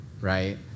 right